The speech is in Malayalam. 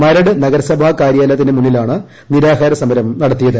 മരട് നഗരസഭാ കാര്യാലയത്തിന് മുന്നിലാണ് നിരാഹാര സമരം നടത്തിയത്